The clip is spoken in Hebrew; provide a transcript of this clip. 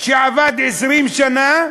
שעבד 20 שנה,